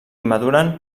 maduren